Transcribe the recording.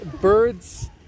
birds